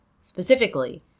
specifically